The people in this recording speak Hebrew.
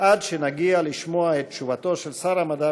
עד שנגיע לשמוע את תשובתו של שר המדע